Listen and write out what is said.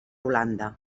holanda